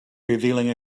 revealing